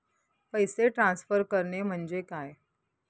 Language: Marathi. पैसे ट्रान्सफर करणे म्हणजे काय?